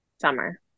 Summer